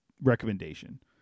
recommendation